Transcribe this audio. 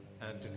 Anthony